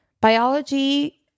biology